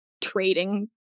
trading